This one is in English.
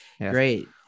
Great